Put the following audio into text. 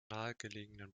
nahegelegenen